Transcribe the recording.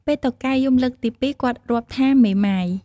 ពេលតុកែយំលើកទី ២ គាត់រាប់ថា "មេម៉ាយ" ។